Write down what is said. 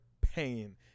pain